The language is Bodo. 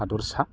हादरसा